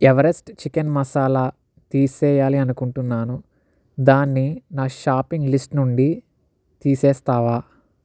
Everest chicken masala తీసేయాలి అనుకుంటున్నాను దాన్ని నా షాపింగ్ లిస్ట్ నుండి తీసేస్తావా